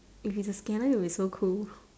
if it's a scanner it'll be so cool